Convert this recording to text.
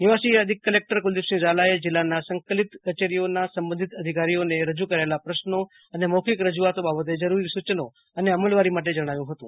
નિવાસી અધિક કલેકટર કુલદીપસિંહ ઝાલાએ જિલ્લાના સકલિત કચેરીઓના સંબંધિત અધિકારીઓને રજૂ કરાયેલા પ્રશ્નો અને મોખીક રજૂઆતો બાબતે જરૂરી સૂચનો અને અમલવારી માટે જણાવ્યું હતું